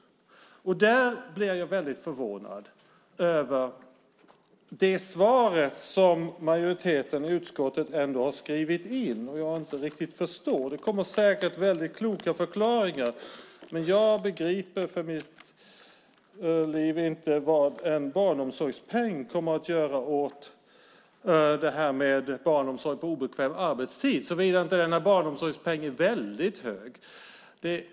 Jag blir förvånad över det svar som majoriteten i utskottet har skrivit och som jag inte förstår. Det kommer säkert kloka förklaringar, men jag begriper för mitt liv inte vad en barnomsorgspeng kommer att göra åt barnomsorg på obekväm arbetstid - såvida inte denna barnomsorgspeng är väldigt hög.